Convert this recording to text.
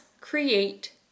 create